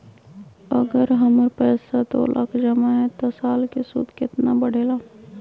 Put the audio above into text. अगर हमर पैसा दो लाख जमा है त साल के सूद केतना बढेला?